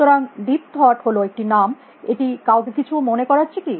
সুতরাং deep thought হল একটি নাম এটি কাউকে কিছু মনে করাচ্ছে কি